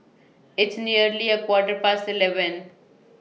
its nearly A Quarter Past eleven